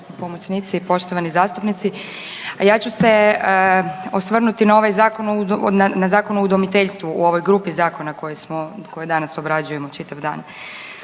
pomoćnici i poštovani zastupnici. Ja ću se osvrnuti na ovaj Zakon o udomiteljstvu u ovoj grupi zakona koje danas obrađujemo čitav dan.